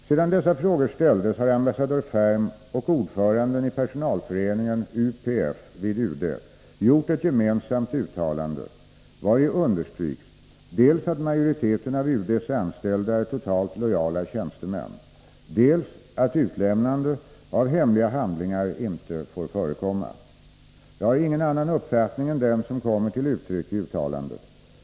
Sedan dessa frågor ställdes har ambassadör Ferm och ordföranden i personalföreningen UPF vid UD gjort ett gemensamt uttalande, vari understryks dels att majoriteten av UD:s anställda är totalt lojala tjänstemän, dels att utlämnande av hemliga handlingar inte får förekomma. Jag har ingen annan uppfattning än den som kommer till uttryck i uttalandet.